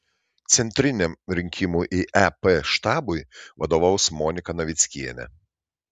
centriniam rinkimų į ep štabui vadovaus monika navickienė